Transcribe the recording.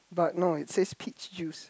but no it says peach juice